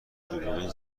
دروغگویی